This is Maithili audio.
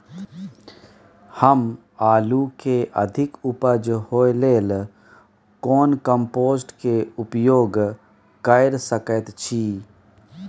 हम आलू के अधिक उपज होय लेल कोन कम्पोस्ट के उपयोग कैर सकेत छी?